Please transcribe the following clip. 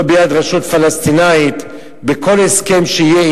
לא ביד רשות פלסטינית בכל הסכם שיהיה,